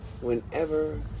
whenever